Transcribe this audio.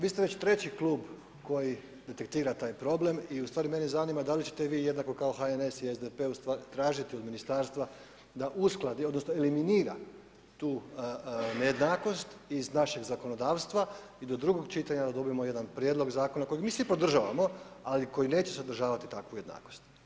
Vi ste već treći klub koji detektira taj problem i ustvari mene zanima da li ćete vi jednako kao HNS i SDP tražiti od ministarstva da uskladi odnosno eliminira tu nejednakost iz našeg zakonodavstva i do drugog čitanja dobijemo prijedlog zakona kojeg mi svi podržavamo, ali koji neće sadržavati takvu jednakost.